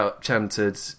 chanted